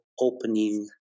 opening